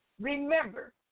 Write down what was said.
Remember